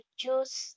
choose